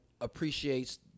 appreciates